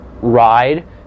ride